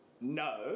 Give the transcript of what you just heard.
No